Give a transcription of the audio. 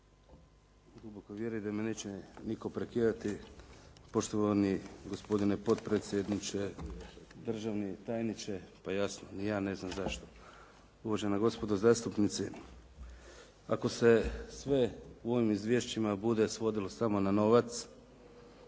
Ako se sve u ovim izvješćima bude svodilo samo na novac,